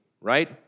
right